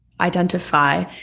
identify